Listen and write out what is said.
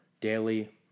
daily